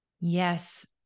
Yes